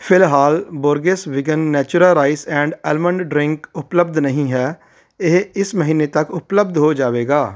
ਫਿਲਹਾਲ Borges vegan Natura rice and almond drink ਉਪਲਬਧ ਨਹੀਂ ਹੈ ਇਹ ਇਸ ਮਹੀਨੇ ਤੱਕ ਉਪਲਬਧ ਹੋ ਜਾਵੇਗਾ